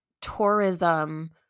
tourism